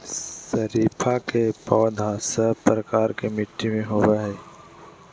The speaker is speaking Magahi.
शरीफा के पौधा सब प्रकार के मिट्टी में होवअ हई